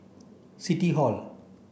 City Hall